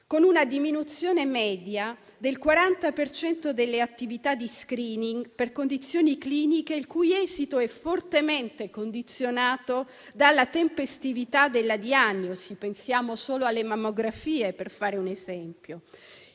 con una diminuzione media del 40 per cento delle attività di *screening* per condizioni cliniche il cui esito è fortemente condizionato dalla tempestività della diagnosi (pensiamo solo alle mammografie, per fare un esempio).